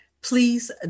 Please